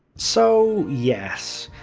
so yes,